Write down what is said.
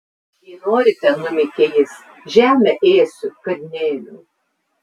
jei norite numykė jis žemę ėsiu kad neėmiau